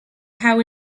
how